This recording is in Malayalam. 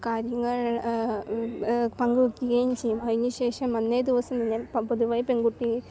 കാര്യങ്ങൾ പങ്കുവയ്ക്കുകയും ചെയ്യും അതിന് ശേഷം അന്നേ ദിവസം തന്നെ പൊതുവായി പെൺകുട്ടിയും